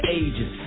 ages